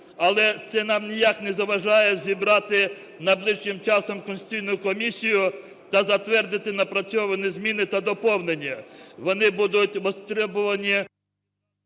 але це нам ніяк не заважає зібрати найближчим часом Конституційну комісію та затвердити напрацьовані зміни та доповнення. Вони будуть востребувані…